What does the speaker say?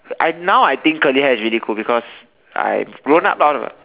I now I think curly hair is really cool because I'm grown up now